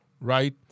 Right